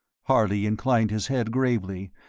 harley inclined his head gravely,